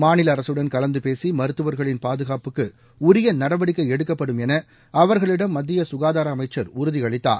மாநில அரசுடன் கலந்து பேசி மருத்துவர்களின் பாதுகாப்புக்கு உரிய நடவடிக்கை எடுக்கப்படும் என அவர்களிடம் மத்திய சுகாதார அமைச்சர் உறுதி அளித்தார்